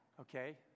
okay